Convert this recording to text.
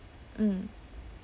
mm